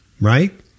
Right